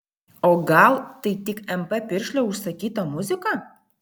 o gal tai tik mp piršlio užsakyta muzika